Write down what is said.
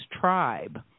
tribe